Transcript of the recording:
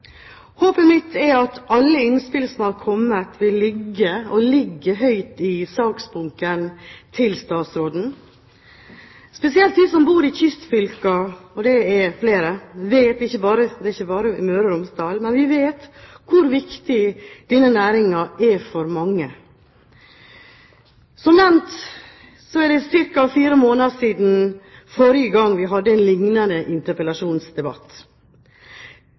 Håpet mitt er at alle innspill som er kommet, vil ligge – og ligge høyt – i saksbunken til statsråden. Spesielt de som bor i kystfylkene – og det er flere, det er ikke bare Møre og Romsdal – vet hvor viktig denne næringen er for mange. Som nevnt er det ca. fire måneder siden forrige gang vi hadde en lignende interpellasjonsdebatt.